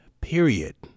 period